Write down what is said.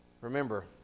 Remember